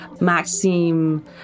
Maxim